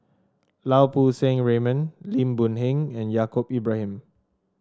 Lau Poo Seng Raymond Lim Boon Heng and Yaacob Ibrahim